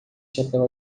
chapéu